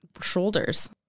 shoulders